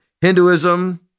Hinduism